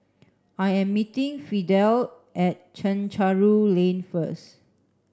I am meeting Fidel at Chencharu Lane first